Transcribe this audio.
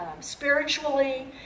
spiritually